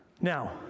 Now